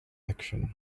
incident